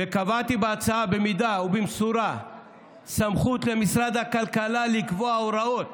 וקבעתי בהצעה במידה ובמשורה סמכות למשרד הכלכלה לקבוע הוראות